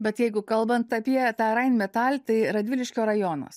bet jeigu kalbant apie tą rainmetal tai radviliškio rajonas